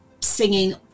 singing